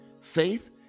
Faith